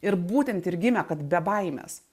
ir būtent ir gimė kad be baimės